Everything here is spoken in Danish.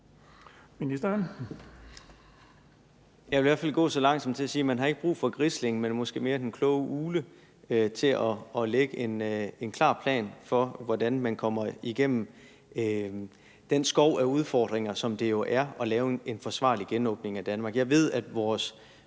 Jeg vil i hvert fald gå så langt som til at sige: Man har ikke brug for Grislingen, men måske mere den kloge ugle, i forhold til at lægge en klar plan for, hvordan man kommer igennem den skov af udfordringer, som det jo er at lave en forsvarlig genåbning af Danmark.